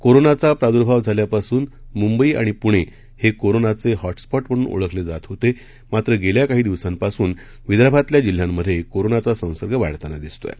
कोरोनाचा प्रादुर्भाव झाल्यापासून मुंबई आणि पुणे हे कोरोनाचे हॉटस्पॉट म्हणून ओळखले जात होते मात्र गेल्या काही दिवसांपासून विदर्भातल्या जिल्ह्यांमधे कोरोनाचा संसर्ग वाढताना दिसतोय